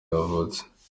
yavutse